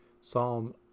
Psalm